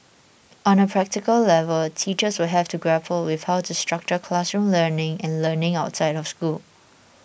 on a practical level teachers will have to grapple with how to structure classroom learning and learning outside of school